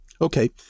Okay